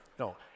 No